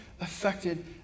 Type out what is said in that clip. affected